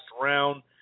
round